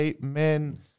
men